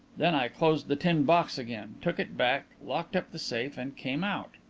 then i closed the tin box again, took it back, locked up the safe and came out.